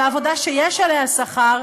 בעבודה שיש עליה שכר,